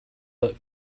but